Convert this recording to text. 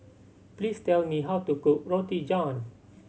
please tell me how to cook Roti John